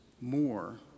more